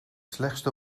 slechtste